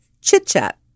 Chit-chat